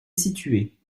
située